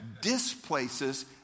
displaces